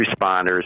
responders